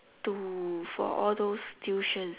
to for all those tuitions